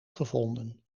gevonden